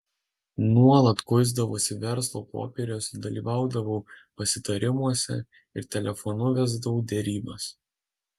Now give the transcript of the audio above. nuolat kuisdavausi verslo popieriuose dalyvaudavau pasitarimuose ir telefonu vesdavau derybas